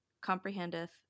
comprehendeth